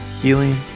healing